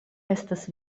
estas